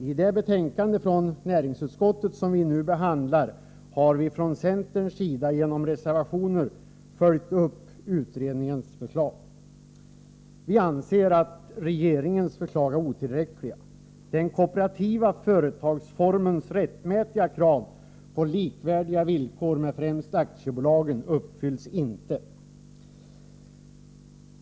I det betänkande från näringsutskottet som vi nu behandlar har vi från centerns sida genom reservationer följt upp utredningens förslag. Vi anser att regeringens förslag är otillräckliga. Den kooperativa företagsformens rättmätiga krav på likvärdiga villkor med främst aktiebolagen uppfylls inte.